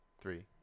three